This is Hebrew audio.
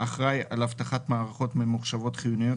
"אחראי על אבטחת מערכות ממוחשבות חיוניות"